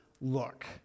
look